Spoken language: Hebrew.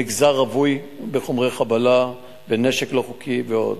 המגזר רווי בחומרי חבלה, בנשק לא-חוקי ועד.